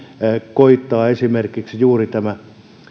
koettaa esimerkiksi juuri tässä